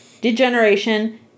degeneration